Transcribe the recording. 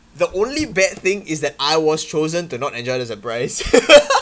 the only bad thing is that I was chosen to not enjoy the surprice